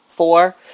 Four